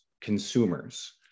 consumers